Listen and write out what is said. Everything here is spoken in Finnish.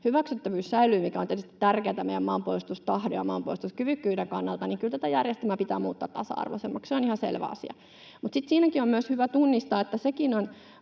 hyväksyttävyys säilyy, mikä on tietysti tärkeätä meidän maanpuolustustahdon ja maanpuolustuskyvykkyyden kannalta, niin kyllä tätä järjestelmää pitää muuttaa tasa-arvoisemmaksi, se on ihan selvä asia. Sitten siinäkin on hyvä tunnistaa, että sekin on